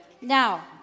Now